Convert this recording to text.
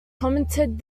commented